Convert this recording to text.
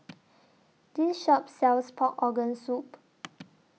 This Shop sells Pork Organ Soup